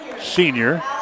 senior